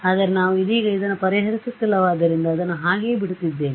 ಆದರೆ ನಾವು ಇದೀಗ ಇದನ್ನು ಪರಿಹರಿಸುತ್ತಿಲ್ಲವಾದ್ದರಿಂದ ಅದನ್ನು ಹಾಗೆಯೆ ಬಿಡುತ್ತಿದ್ದೇನೆ